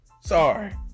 sorry